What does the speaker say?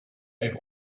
even